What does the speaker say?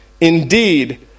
indeed